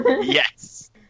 Yes